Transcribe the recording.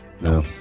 No